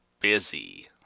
busy